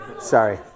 Sorry